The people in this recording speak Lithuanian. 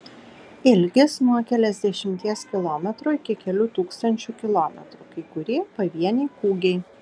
ilgis nuo keliasdešimties kilometrų iki kelių tūkstančių kilometrų kai kurie pavieniai kūgiai